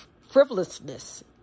frivolousness